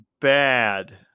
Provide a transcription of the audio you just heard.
Bad